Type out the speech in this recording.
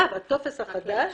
בטופס החדש